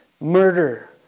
murder